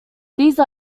these